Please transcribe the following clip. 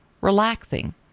relaxing